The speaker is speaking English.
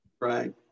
Right